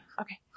Okay